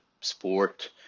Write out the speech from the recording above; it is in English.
sport